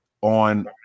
on